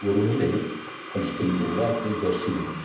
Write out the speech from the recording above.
ଗୋରୁ ହେଲେ ହଲଷ୍ଟେନ୍ ଗୋରୁ ବା ଜର୍ସି ଗୋରୁ